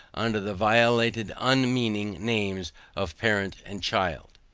under the violated unmeaning names of parent and child.